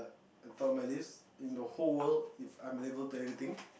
from my list in the whole world if I'm able to eat everything